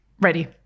Ready